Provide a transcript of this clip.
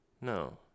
no